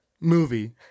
movie